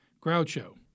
Groucho